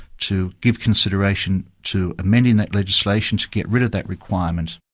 to give consideration to amending that legislation, to get rid of that requirement.